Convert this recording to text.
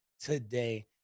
today